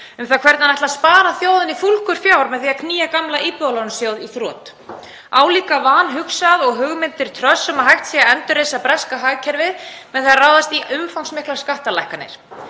um það hvernig hann ætli að spara þjóðinni fúlgur fjár með því að knýja gamla Íbúðalánasjóð í þrot. Það er álíka vanhugsað og hugmyndir Truss um að hægt sé að endurreisa breska hagkerfið með því að ráðast í umfangsmiklar skattalækkanir,